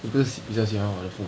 你不是比较喜欢我的父母